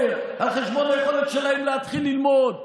על חשבון היכולת שלהם להתחיל ללמוד,